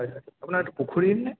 হয় হয় আপোনাৰ পুখুৰীৰ নে